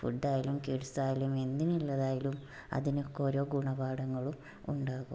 ഫുഡായാലും കിഡ്സയാലും എന്തിനുള്ളതായാലും അതിനൊക്കെ ഓരോ ഗുണപാഠങ്ങളും ഉണ്ടാകും